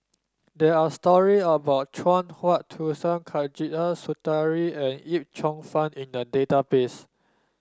there are story about Chuang Hui Tsuan Khatijah Surattee and Yip Cheong Fun in the database